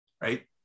Right